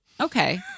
Okay